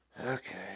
Okay